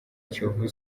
kiyovu